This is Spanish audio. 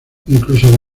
incluso